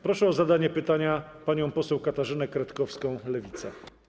Proszę o zadanie pytania panią poseł Katarzynę Kretkowską, Lewica.